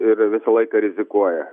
ir visą laiką rizikuoja